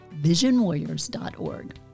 visionwarriors.org